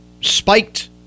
spiked